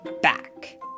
back